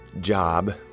job